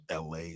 LA